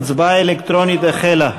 ההצבעה האלקטרונית החלה.